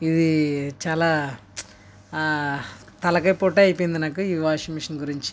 ఇది చాలా ఆ తలకాయ పోటు అయిపోయింది నాకు ఈ వాషింగ్ మెషన్ గురించి